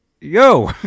yo